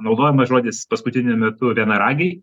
naudojamas žodis paskutiniu metu vienaragiai